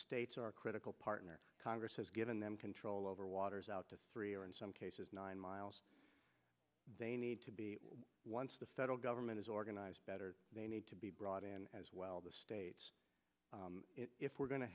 states are critical partner congress has given them control over waters out to three or in some cases nine miles they need to be once the federal government is organized better they need to be brought in as well the states if we're go